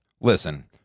Listen